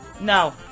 No